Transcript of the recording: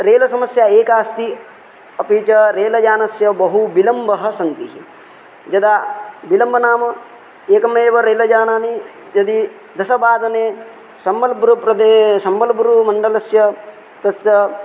rail समस्या एका अस्ति अपि च रेल यानस्य बहुविलम्बः सन्तिः यदा विलम्ब नाम एकमेव रेल यानानि यदि दशवादने सम्बल्पुर्प्रदे सम्बलपुरमण्डलस्य तस्य